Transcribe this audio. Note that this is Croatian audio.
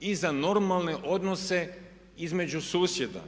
i za normalne odnose između susjeda.